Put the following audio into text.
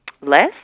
less